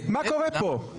מה קורה פה?